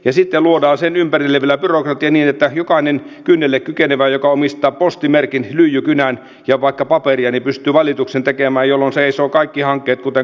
sitten luodaan sen ympärille vielä byrokratiaa niin että jokainen kynnelle kykenevä joka omistaa postimerkin lyijykynän ja vaikka paperia pystyy valituksen tekemään jolloin seisovat kaikki hankkeet kuten kotikunnassani ilomatsissa